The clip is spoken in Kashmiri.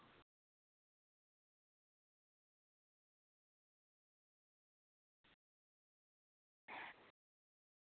وعلیکُم سَلام اَسہِ اوس فون اَکھ اَنُن تُہۍ ؤنِو اَسہِ تھوڑا جانکٲری مطلب آز کَم فون چھِ پیٚمٕتۍ اَسہِ چھِ فایو جی ضوٚرَتھ